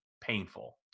painful